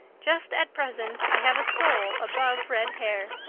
just at present i have a soul above red hair.